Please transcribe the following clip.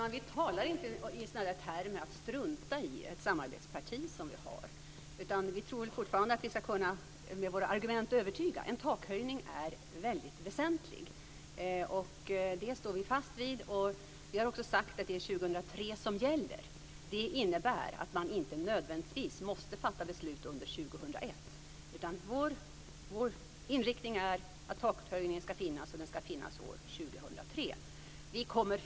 Fru talman! Vi talar inte i termer av att strunta i ett samarbetsparti som vi har, utan vi tror väl fortfarande att vi med våra argument ska kunna övertyga om att en takhöjning är väldigt väsentlig. Det står vi fast vid. Vi har också sagt att det är år 2003 som gäller. Det innebär att beslut inte nödvändigtvis måste fattas under år 2001. Vår inriktning är att takhöjningen ska finnas, och att den ska göra det år 2003.